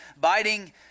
biting